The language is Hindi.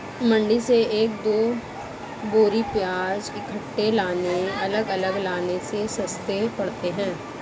मंडी से एक दो बोरी प्याज इकट्ठे लाने अलग अलग लाने से सस्ते पड़ते हैं